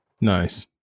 Nice